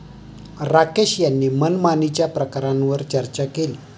राकेश यांनी मनमानीच्या प्रकारांवर चर्चा केली